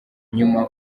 nyuma